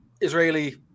israeli